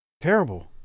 Terrible